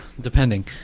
depending